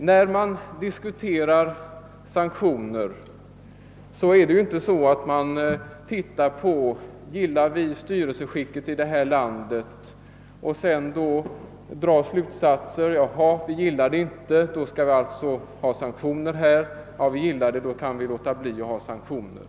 Det går ju inte så enkelt till när vi bedömer frågan om sanktioner, att vi ser efter om vi gillar styrelseskicket i det aktuella landet och sedan drar slutsatsen, att om vi gillar styrelseskicket, så skall det inte genomföras några sanktioner, medan sådana däremot skall tillgripas, om vi ogillar styrelseskicket.